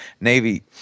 Navy